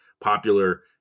popular